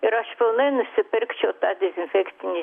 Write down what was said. ir aš pilnai nusipirkčiau tą dezinfekcinį